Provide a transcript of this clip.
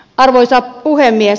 arvoisa puhemies